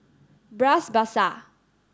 Bras Basah